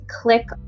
click